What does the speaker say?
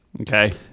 Okay